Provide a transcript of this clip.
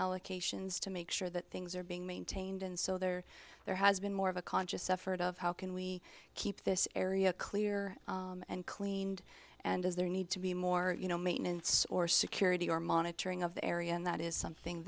allocations to make sure that things are being maintained and so they're there has been more of a conscious effort of how can we keep this area clear and cleaned and does there need to be more you know maintenance or security or monitoring of the area and that is something